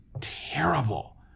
terrible